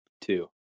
Two